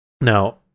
Now